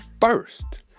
first